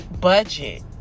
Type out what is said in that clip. budget